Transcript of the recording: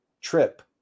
trip